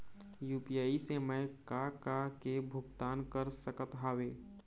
UPI से मैं का का के भुगतान कर सकत हावे?